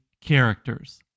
characters